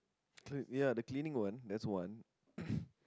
clean ya the cleaning one that's one